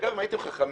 אגב, אם הייתם חכמים,